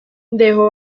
dejó